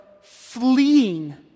fleeing